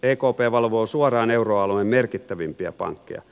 ekp valvoo suoraan euroalueen merkittävimpiä pankkeja